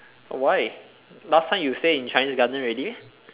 why last time you stay in chinese garden already